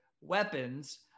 weapons